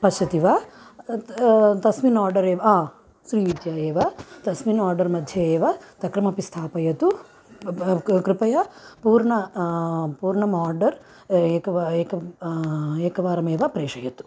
पश्यति वा तस्मिन् आर्डर् एव श्रीविद्या एव तस्मिन् आर्डर् मध्ये एव तक्रमपि स्थापयतु क् कृपया पूर्णं पूर्णं आर्डर् एकव् एकव् एकवारमेव प्रेषयतु